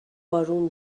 بارون